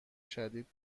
شدید